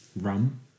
rum